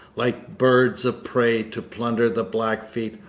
like birds of prey, to plunder the blackfeet,